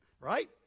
Right